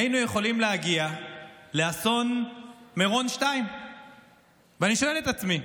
היינו יכולים להגיע לאסון מירון 2. ואני שואל את עצמי: